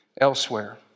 elsewhere